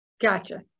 Gotcha